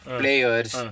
players